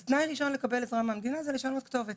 אז תנאי ראשון לקבלת העזרה הכלכלית מהמדינה הוא לשנות כתובת